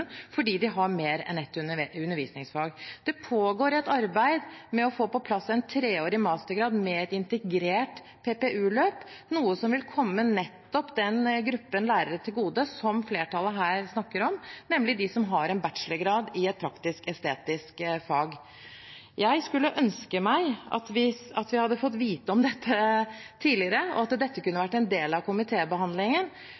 fordi de har mer enn ett undervisningsfag. Det pågår et arbeid med å få på plass en treårig mastergrad med et integrert PPU-løp, noe som vil komme nettopp den gruppen lærere til gode som flertallet her snakker om, nemlig de som har en bachelorgrad i et praktisk-estetisk fag. Jeg skulle ønske at vi hadde fått vite om dette tidligere, og at det kunne